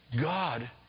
God